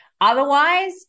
Otherwise